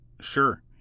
Sure